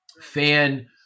fan